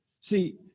See